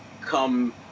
come